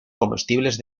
comestibles